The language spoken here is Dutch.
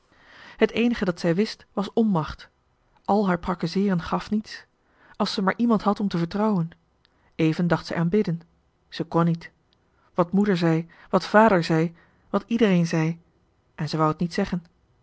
het eenige dat zij wist was onmacht al haar prakkezeeren gaf niets als ze maar iemand had om te vertrouwen even dacht zij aan bidden ze kon niet wat moeder johan de meester de zonde in het deftige dorp zei wat vader zei wat iedereen zei en zij wou het niet zeggen